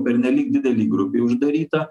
pernelyg didelį grubiai uždarytą